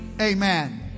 amen